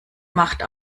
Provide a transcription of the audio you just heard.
macht